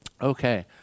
Okay